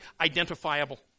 identifiable